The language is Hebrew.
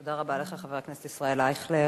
תודה רבה, חבר הכנסת ישראל אייכלר.